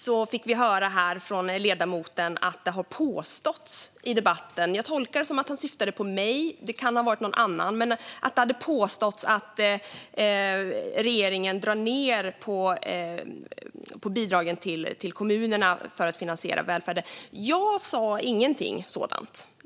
Vi fick höra av ledamoten här att det i debatten hade påståtts - jag tolkar det som att han syftade på att jag skulle ha sagt det, men det kan ha varit någon annan - att regeringen drar ned på bidragen till kommunerna för att finansiera välfärden. Jag sa ingenting sådant.